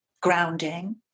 grounding